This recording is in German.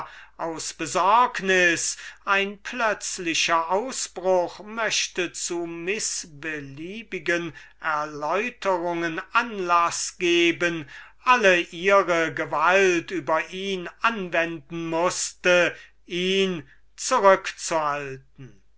besorgte daß ein plötzlicher ausbruch zu mißbeliebigen erläuterungen anlaß geben könnte alle ihre gewalt über ihn anwenden mußte ihn zurückzuhalten